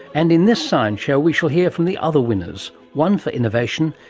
and in this science show we shall hear from the other winners, one for innovation,